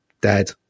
dead